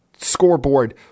Scoreboard